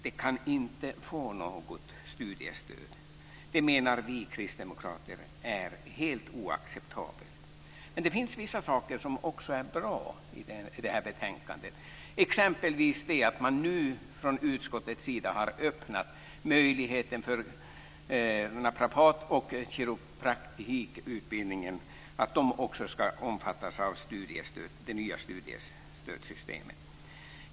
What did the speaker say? Du kan inte få något studiestöd. Det menar vi kristdemokrater är helt oacceptabelt. Men det finns vissa saker som också är bra i det här betänkandet, t.ex. att man nu från utskottet har öppnat möjligheten för naprapat och kiropraktikerutbildningen att också omfattas av det nya studiestödssystemet.